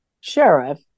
sheriff